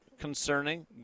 concerning